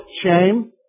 shame